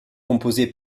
composé